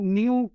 new